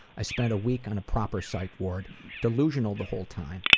i spent a week on a proper psych ward delusional the whole time,